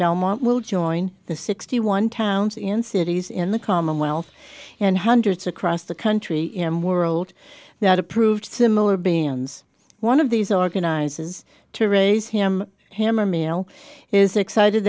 belmont will join the sixty one towns in cities in the commonwealth and hundreds across the country and world that approved similar beings one of these organizes to raise him hammer mail is excited